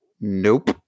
Nope